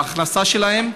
ההכנסה שלהם,